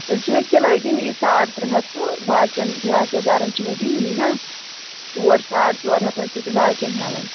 تیٚلہِ چھِ مےٚ سِلٲے دِنۍ یی ساڑ ترٛےٚ ہَتھ تہٕ باقیَن فِراک یَزارَن چھِ مےٚ دِنۍ یی نا ژور ساڑ ژور ہَتھ ٲسِو تُہۍ باقیَن ہٮ۪وان